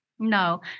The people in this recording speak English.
No